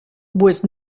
was